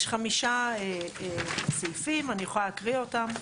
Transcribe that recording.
יש חמישה סעיפים, אני יכולה להקריא אותם: